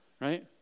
right